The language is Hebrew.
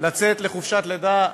לצאת לחופשת לידה,